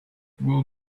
will